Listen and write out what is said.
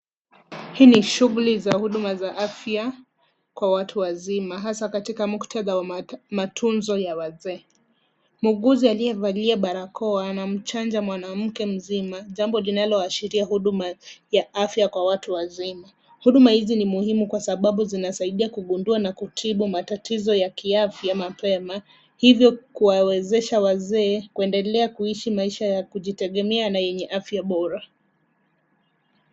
Hii ni shughuli za huduma za afya kwa watu wazima, hasa katika muktadha wa matunzo ya wazee. Muuguzi aliyevalia barakoa anamchanja mwanamke mzima, jambo linaloashiria huduma ya afya kwa watu wazima. Huduma hizi ni muhimu kwa sababu zinasaidia kugundua na kutibu matatizo ya kiafya mapema, hivyo kuwawezesha wazee kuendelea kuishi maisha ya kujitegemea na yenye afya bora.